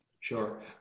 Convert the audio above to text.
Sure